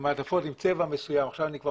מעטפות עם צבע מסוים עכשיו אני כבר